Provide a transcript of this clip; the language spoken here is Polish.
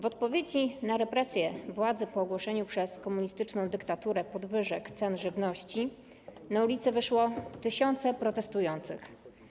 W odpowiedzi na represje władzy po ogłoszeniu przez komunistyczną dyktaturę podwyżek cen żywności na ulice wyszło tysiące protestujących.